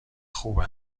خوب